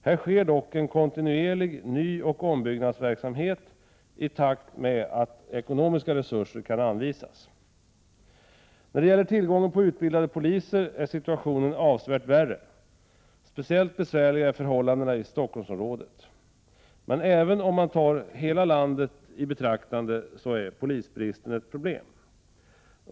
Här sker dock en kontinuerlig nyoch ombyggnadsverksamhet i takt med att ekonomiska resurser kan anvisas. När det gäller tillgången på utbildade poliser är situationen avsevärt värre. Speciellt besvärliga är förhållandena i Stockholmsområdet. Men även om man tar hela landet i betraktande finner man att polisbristen är ett problem.